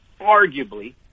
arguably